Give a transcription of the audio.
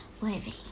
waving